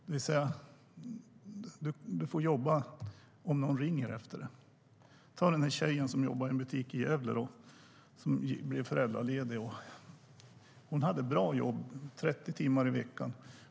Det betyder att du får jobba om någon ringer efter dig. Vi kan ta tjejen som jobbar i en butik i Gävle som exempel. Hon blev föräldraledig. Hon hade ett bra jobb, 30 timmar i veckan.